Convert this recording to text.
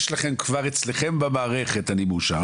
יש לכם גם אצלכם במערכת אני מאושר,